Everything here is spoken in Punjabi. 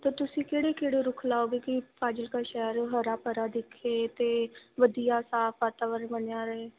ਤਾਂ ਤੁਸੀਂ ਕਿਹੜੇ ਕਿਹੜੇ ਰੁੱਖ ਲਾਓਗੇ ਕਿ ਫਾਜ਼ਿਲਕਾ ਸ਼ਹਿਰ ਹਰਾ ਭਰਿਆ ਦਿਖੇ ਅਤੇ ਵਧੀਆ ਸਾਫ ਵਾਤਾਵਰਨ ਬਣਿਆ ਰਹੇ